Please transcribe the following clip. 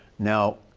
now